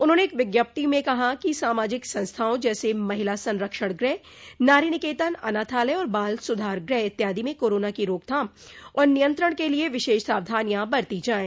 उन्होंने एक विज्ञप्ति में कहा कि सामाजिक संस्थाओं जैसे महिला संरक्षण गृह नारी निकेतन अनाथालय और बाल सुधार गृह इत्यादि में कोरोना की रोकथाम और नियंत्रण के लिये विशेष सावधानियां बरती जाये